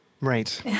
Right